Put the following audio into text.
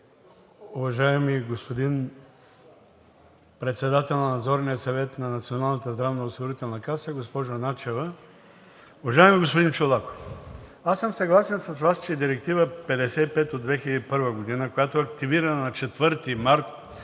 уважаеми господин Председател на Надзорния съвет на Националната здравноосигурителна каса, госпожо Начева! Уважаеми господин Чолаков, съгласен съм с Вас, че Директива № 55 от 2001 г., която е активирана на 4 март